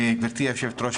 גברתי היושבת-ראש,